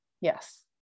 Yes